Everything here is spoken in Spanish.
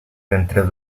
dentro